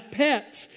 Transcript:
pets